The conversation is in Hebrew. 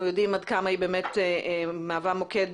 אנחנו יודעים עד כמה היא באמת מהווה מוקד